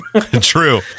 True